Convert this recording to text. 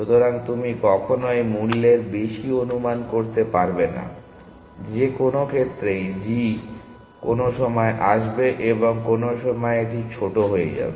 সুতরাং তুমি কখনই মূল্যের বেশি অনুমান করতে পারবে না যে কোনও ক্ষেত্রেই g কোনও সময়ে আসবে এবং কোনও সময়ে এটি ছোট হয়ে যাবে